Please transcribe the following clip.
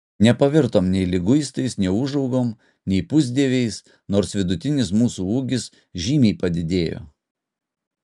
nepavirtom nei liguistais neūžaugom nei pusdieviais nors vidutinis mūsų ūgis žymiai padidėjo